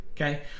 okay